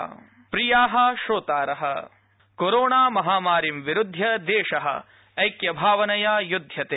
COVID संचेतना सन्देश प्रियाः श्रोतारः कोरोणा महामारीं विरुध्य देश ऐक्य भावनया युध्यते